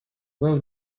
well